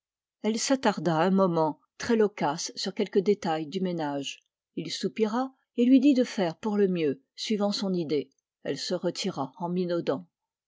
elle s'attarda un moment très loquace sur quelques détails du ménage soupira et lui dit de faire pour le mieux suivant son idée elle se retira en